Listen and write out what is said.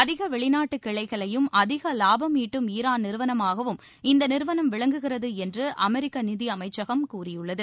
அதிக வெளிநாட்டு கிளைகளையும் அதிக லாபம் ஈட்டும் ஈரான் நிறுவனமாகவும் இந்த நிறுவனம் விளங்குகிறது என்று அமெரிக்க நிதியமைச்சகம் கூறியுள்ளது